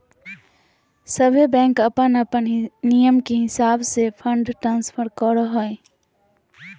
सभे बैंक अपन अपन नियम के हिसाब से फंड ट्रांस्फर करो हय